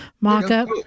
mock-up